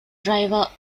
ޑްރައިވަރ